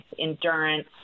endurance